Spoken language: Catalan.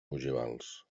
ogivals